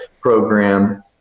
program